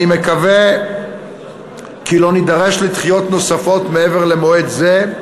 אני מקווה כי לא נידרש לדחיות נוספות מעבר למועד זה,